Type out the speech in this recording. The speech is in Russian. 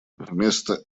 вместо